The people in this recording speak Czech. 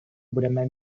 budeme